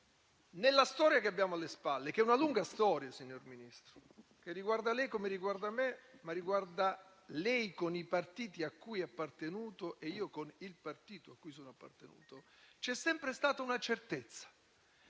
nella storia che abbiamo alle spalle (che è una lunga storia, signor Ministro, che riguarda lei come riguarda me, ma riguarda lei con i partiti a cui è appartenuto e riguarda me con il partito a cui sono appartenuto), c'è sempre stata una certezza: